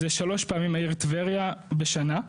זה שלוש פעמים העיר טבריה בשנה.